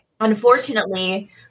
unfortunately